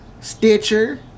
Stitcher